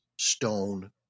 Stone